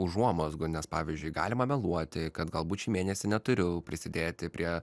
užuomazgų nes pavyzdžiui galima meluoti kad galbūt šį mėnesį neturiu prisidėti prie